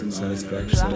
satisfaction